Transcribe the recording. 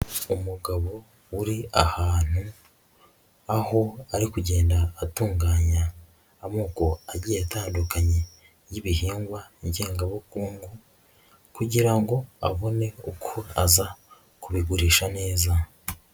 Umugabo uri ahantu, aho ari kugenda atunganya amoko agiye atandukanye y'ibihingwa ngengabukungu kugira ngo abone uko aza kubigurisha neza.